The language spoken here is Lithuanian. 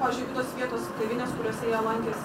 pavyzdžiui kitos vietos kavinės kuriose jie lankėsi